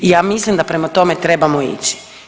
I ja mislim da prema tome trebamo ići.